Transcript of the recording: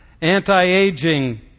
anti-aging